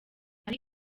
hari